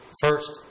First